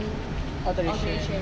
alteration